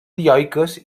dioiques